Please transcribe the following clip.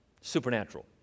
supernatural